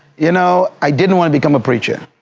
you know, i didn't want to become a preacher.